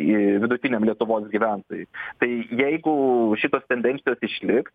į vidutiniam lietuvos gyventojui tai jeigu šitos tendencijos išliks